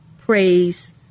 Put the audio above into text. praise